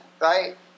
right